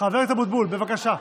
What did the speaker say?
חבר הכנסת אבוטבול, בבקשה.